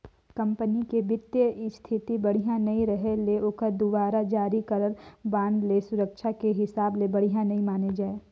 company के बित्तीय इस्थिति बड़िहा नइ रहें ले ओखर दुवारा जारी करल बांड ल सुरक्छा के हिसाब ले बढ़िया नइ माने जाए